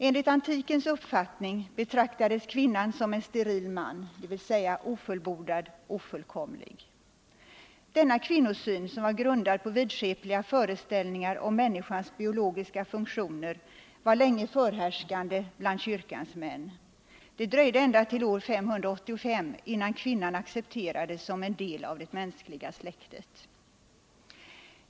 Enligt antikens uppfattning betraktades kvinnan som en steril man, dvs. ofullbordad, ofullkomlig. Denna kvinnosyn, som var grundad på vidskepliga föreställningar om människans biologiska funktioner, var länge förhärskande bland kyrkans män. Det dröjde ända till år 585 innan kvinnan accepterades som en del av det mänskliga släktet.